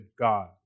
God